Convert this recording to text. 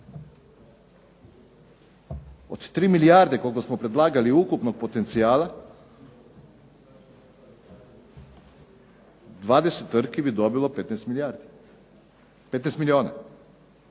od 3 milijardi koliko smo predlagali ukupnog potencijala, 20 tvrtki bi dobilo 15 milijuna. Da li